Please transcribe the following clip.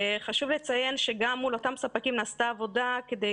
חשוב לציין שגם מול אותם ספקים נעשתה עבודה כדי